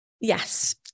Yes